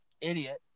Idiot